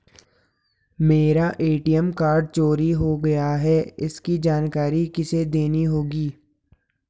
मेरा ATM card चोरी हो गया है इसकी जानकारी किसे देनी होगी?